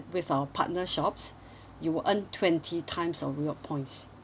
with our partner shops you will earn twenty times of reward points